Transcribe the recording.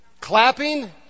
clapping